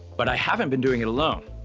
but i haven't been doing it alone.